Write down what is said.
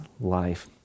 life